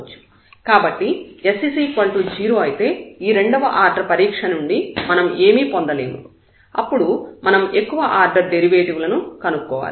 కాబట్టి s 0 అయితే ఈ రెండవ ఆర్డర్ పరీక్ష నుండి మనం ఏమీ పొందలేము అప్పుడు మనం ఎక్కువ ఆర్డర్ డెరివేటివ్ లను కనుక్కోవాలి